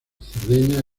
cerdeña